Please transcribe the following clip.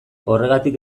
horregatik